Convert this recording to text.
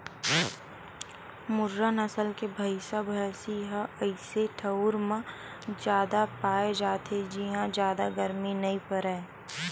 मुर्रा नसल के भइसा भइसी ह अइसे ठउर म जादा पाए जाथे जिंहा जादा गरमी नइ परय